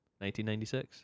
1996